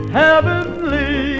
heavenly